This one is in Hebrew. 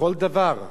לכל דבר,